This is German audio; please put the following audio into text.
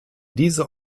diese